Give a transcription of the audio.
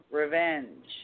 revenge